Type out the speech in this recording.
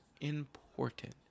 important